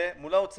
הייתה מקבלת, מה זה